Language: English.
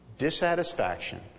Dissatisfaction